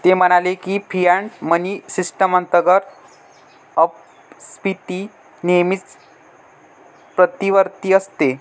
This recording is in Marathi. ते म्हणाले की, फियाट मनी सिस्टम अंतर्गत अपस्फीती नेहमीच प्रतिवर्ती असते